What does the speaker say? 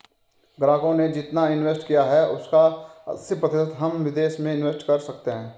ग्राहकों ने जितना इंवेस्ट किया है उसका अस्सी प्रतिशत हम विदेश में इंवेस्ट कर सकते हैं